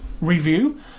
review